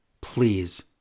Please